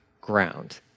ground